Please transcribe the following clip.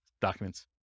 documents